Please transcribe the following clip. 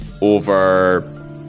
over